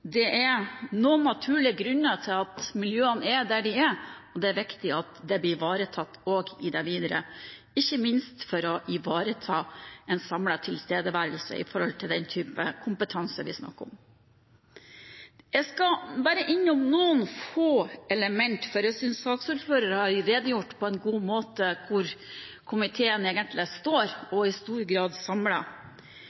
Det er noen naturlige grunner til at miljøene er der de er. Det er viktig at det blir ivaretatt også i det videre, ikke minst for å ivareta en samlet tilstedeværelse av den typen kompetanse vi snakker om. Jeg skal bare innom noen få element, for jeg synes saksordføreren på en god måte har redegjort for hvor komiteen egentlig står,